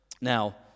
Now